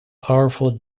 powerful